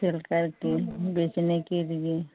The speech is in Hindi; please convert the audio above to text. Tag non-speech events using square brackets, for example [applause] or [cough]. [unintelligible] बेचने के लिए